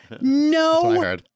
No